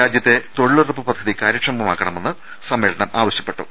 രാജ്യത്തെ തൊഴിലുറപ്പ് പദ്ധതി കാര്യക്ഷമമാക്കണമെന്ന് സമ്മേളനം ആവശൃപ്പെട്ടു